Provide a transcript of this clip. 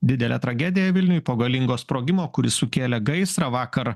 didelė tragedija vilniuj po galingo sprogimo kuris sukėlė gaisrą vakar